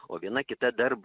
o viena kita dar